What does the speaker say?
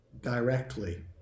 directly